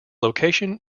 location